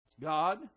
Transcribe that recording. God